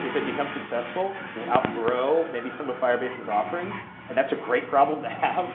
if it becomes successful, will outgrow maybe some of firebase's offerings and that's a great problem to have.